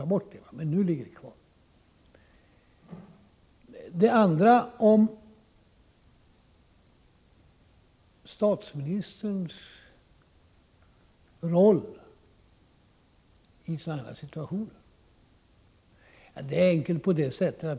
Fru talman! För det första vill jag säga att jag är tacksam för att Olof Johansson ställde en rak och enkel fråga, som kunde besvaras entydigt med ett nej. I tidigare förhandlingar har man diskuterat om överhänget skulle tas bort, men det ligger alltså nu kvar.